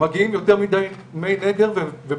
יש